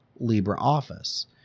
LibreOffice